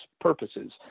purposes